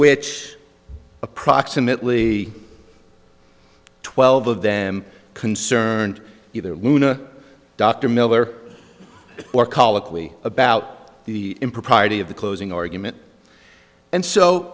which approximately twelve of them concerned either luna dr miller or colloquy about the impropriety of the closing argument and so